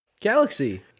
Galaxy